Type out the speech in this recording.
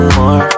more